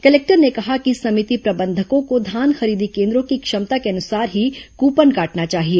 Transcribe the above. collector ने कहा कि समिति प्रबंधकों को धान खरीदी केन्द्रों की क्षमता के अनुसार ही कूपन काटना चाहिए